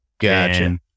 Gotcha